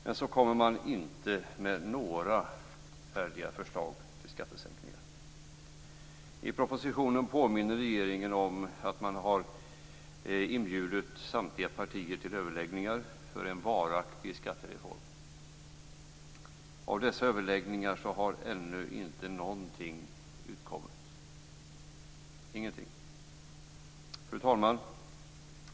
Men så kommer man inte med några färdiga förslag till skattesänkningar. I propositionen påminner regeringen om att man har inbjudit samtliga partier till överläggningar för en varaktig skattereform. Av dessa överläggningar har ännu inte någonting utkommit. Fru talman!